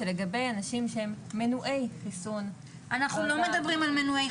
שלגבי אנשים שהם מנועי חיסון --- אנחנו לא מדברים על מנועי חיסון.